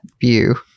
view